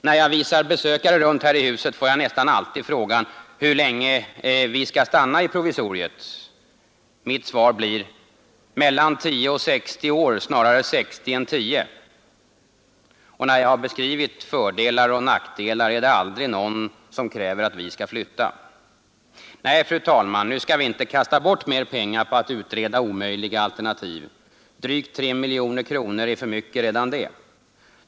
När jag visar besökare runt här i huset, får jag nästan alltid frågan hur länge vi skall stanna i provisoriet. Mitt svar blir: Mellan tio och sextio år, snarare sextio än tio. Och när jag har beskrivit fördelar och nackdelar, är det aldrig någon som kräver att vi skall flytta. Nej, fru talman, nu skall vi inte kasta bort mer pengar på att utreda omöjliga alternativ. Drygt tre miljoner kronor är för mycket redan det.